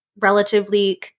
relatively